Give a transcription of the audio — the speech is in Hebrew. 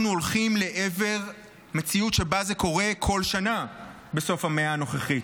אבל אנחנו הולכים לעבר מציאות שבה זה קורה בכל שנה במאה הנוכחית.